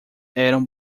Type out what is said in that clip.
eram